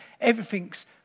everything's